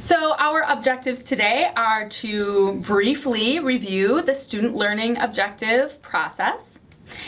so our objectives today are to briefly review the student learning objective process